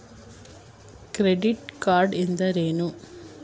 Credit card ಎಂದರೇನು?